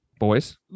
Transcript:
boys